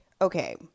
okay